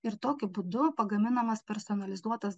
ir tokiu būdu pagaminamas personalizuotas